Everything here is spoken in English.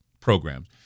programs